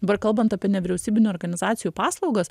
dabar kalbant apie nevyriausybinių organizacijų paslaugas